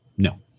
No